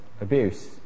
abuse